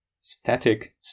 static